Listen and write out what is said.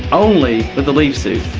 only, with a leaf suit?